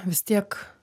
vis tiek